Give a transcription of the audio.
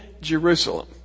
Jerusalem